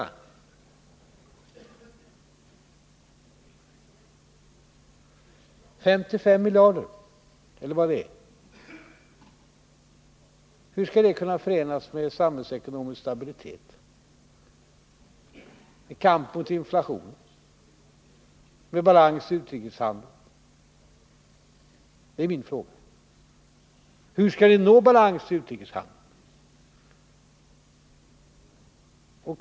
Min fråga är: Hur skall 55 miljarder — eller vad det kan vara — i underskott kunna förenas med samhällsekonomisk stabilitet, kamp mot inflation och balans i utrikeshandeln? Hur skall vi nå balans i utrikeshandeln?